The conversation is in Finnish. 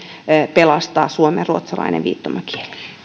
pelastaa suomenruotsalainen viittomakieli